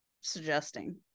suggesting